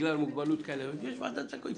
בגלל מוגבלות יש ועדת זכאות,